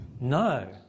No